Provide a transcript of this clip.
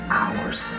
hours